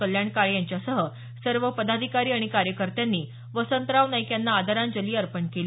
कल्याण काळे यांच्यासह सर्व पदाधिकारी आणि कार्यकत्यांनी वसंतराव नाईक यांना आदरांजली वाहिली